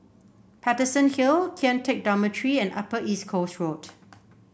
Paterson Hill Kian Teck Dormitory and Upper East Coast Road